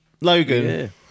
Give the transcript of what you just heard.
Logan